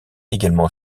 également